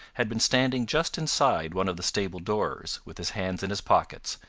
had been standing just inside one of the stable-doors, with his hands in his pockets,